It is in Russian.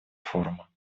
форума